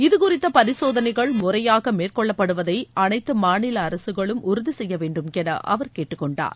இதுகுறித்தபரிசோதனைகள் முறையாகமேற்கொள்ளப்படுவதைஅனைத்துமாநிலஅரசுகளும் உறுதிசெய்யவேண்டும் எனஅவர் கேட்டுக் கொண்டார்